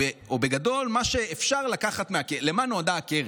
בגדול מה אפשר לקחת מהקרן, למה נועדה הקרן.